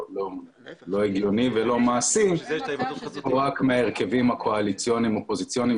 הגיוני ולא מעשי בהרכבים הקואליציוניים ואופוזיציוניים